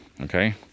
okay